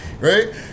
Right